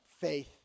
faith